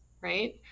right